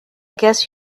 guess